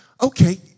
okay